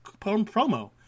promo